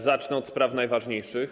Zacznę od spraw najważniejszych.